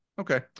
Okay